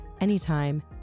anytime